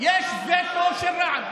יש וטו של רע"מ.